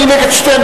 אני נגד שתיהן,